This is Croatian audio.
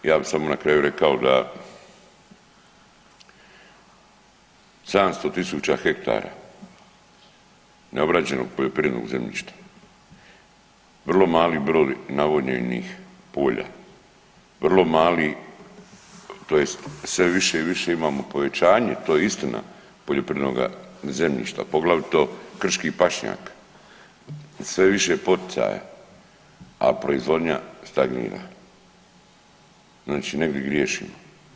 Ja bih samo na kraju rekao da 700 tisuća hektara neobrađenog poljoprivrednog zemljišta, vrlo mali broj navodnjenih polja, vrlo mali tj. sve više i više imamo povećanje to je istina poljoprivrednoga zemljišta poglavito krških pašnjaka, sve više poticaja a proizvodnja stagnira, znači negdji griješimo.